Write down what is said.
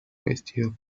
vestido